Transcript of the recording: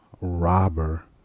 robber